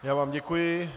Já vám děkuji.